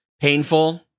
painful